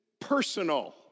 personal